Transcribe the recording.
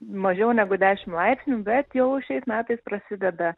mažiau negu dešimt laipsnių bet jau šiais metais prasideda